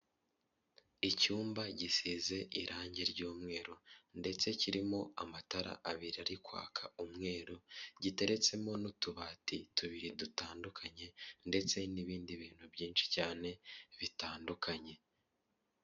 Icyumba gisize irangi ry'umweru ndetse kirimo amatara abiri ari kwaka umweru giteretsemo n'utubati tubiri dutandukanye ndetse n'ibindi bintu byinshi cyane bitandukanye.